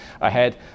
ahead